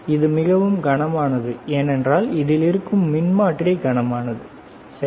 இது மிகவும் கனமானது ஏனென்றால் இதில் இருக்கும் மின்மாற்றி கனமானது சரி